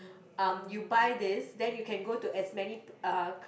um you buy this then you can go to as many p~ uh